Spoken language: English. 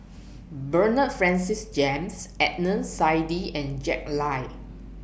Bernard Francis James Adnan Saidi and Jack Lai